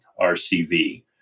RCV